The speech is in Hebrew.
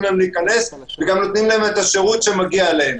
להם להיכנס וגם נותנים להם את השירות שמגיע להם.